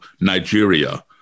Nigeria